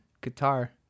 guitar